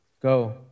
Go